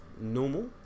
normal